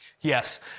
yes